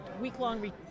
week-long